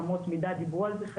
אמות מידה בפיס,